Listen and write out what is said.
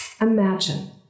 Imagine